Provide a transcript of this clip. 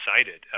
excited